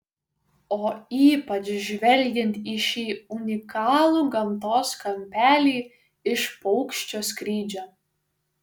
o ypač žvelgiant į šį unikalų gamtos kampelį iš paukščio skrydžio